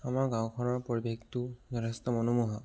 আমাৰ গাঁওখনৰ পৰিৱেশটো যথেষ্ট মনোমোহা